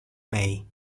may